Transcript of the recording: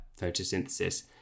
photosynthesis